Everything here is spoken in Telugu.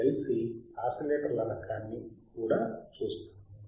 LC ఆసిలేటర్ల రకాన్ని కూడా చూస్తాము